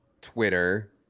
Twitter